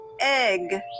egg